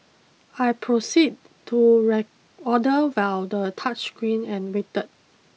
I proceed to reorder order via the touchscreen and waited